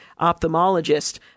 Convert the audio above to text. ophthalmologist